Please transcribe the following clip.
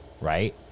right